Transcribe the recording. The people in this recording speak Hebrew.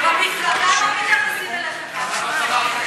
במפלגה, האמת כואבת,